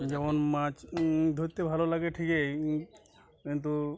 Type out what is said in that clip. যেমন মাছ ধরতে ভালো লাগে ঠিকই কিন্তু